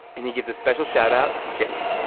and he gives a special shoutout to jenny